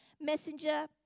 messenger